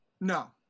No